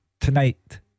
tonight